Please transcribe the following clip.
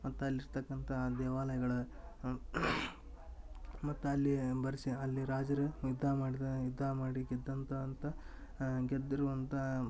ಮತ್ತೆ ಅಲ್ಲಿ ಇರ್ತಕ್ಕಂಥ ದೇವಾಲಯಗಳ ಮತ್ತೆ ಅಲ್ಲಿ ಬರ್ಸಿ ಅಲ್ಲಿ ರಾಜರು ಯುದ್ಧ ಮಾಡಿದ ಯುದ್ಧ ಮಾಡಿ ಗೆದ್ದಂಥ ಅಂಥ ಗೆದ್ದಿರುವಂಥ